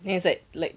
then he was like like